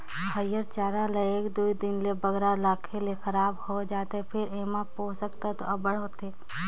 हयिर चारा ल एक दुई दिन ले बगरा राखे ले खराब होए जाथे फेर एम्हां पोसक तत्व अब्बड़ होथे